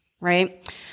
right